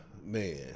Man